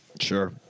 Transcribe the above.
Sure